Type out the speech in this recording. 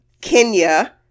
Kenya